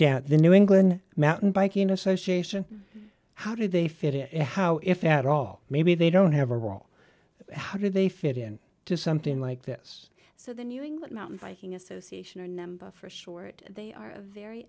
at the new england mountain biking association how do they fit it how if at all maybe they don't have a role how do they fit in to something like this so the new england mountain biking association or number for short they are a very